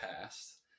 past